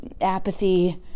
apathy